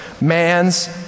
Man's